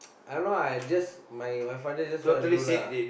I don't know lah I just my my father just want to do lah